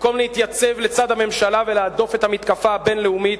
במקום להתייצב לצד הממשלה ולהדוף את המתקפה הבין-לאומית,